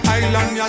island